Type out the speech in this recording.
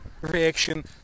reaction